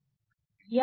हे उदाहरण 12 आहे